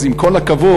אז עם כל הכבוד,